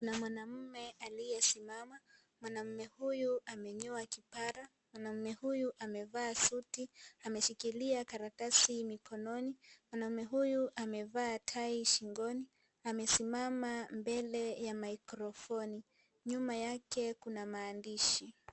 Mna mwanaume aliyesimama. Mwanamme huyu amenyoa kipara. Mwanamme huyu amevaa suti. Ameshikilia kalatasi mikononi. Mwanamme huyu amevalia tai shingoni. Amesimama mbele ya microphone . Nyuma yake kuna maandishi.